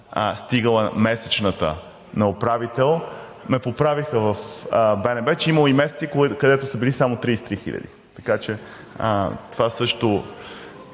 стигала месечната заплата на управител, ме поправиха в БНБ, че имало и месеци, където са били само 33 хиляди, така че това също